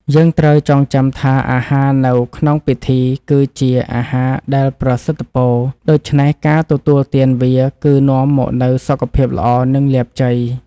យើងត្រូវចងចាំថាអាហារនៅក្នុងពិធី គឺជាអាហារដែលប្រសិទ្ធពរ ដូច្នេះការទទួលទានវាគឺនាំមកនូវសុខភាពល្អ និងលាភជ័យ។